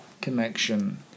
connection